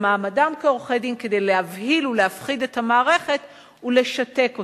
במעמדם כעורכי-דין כדי להבהיל ולהפחיד את המערכת ולשתק אותה.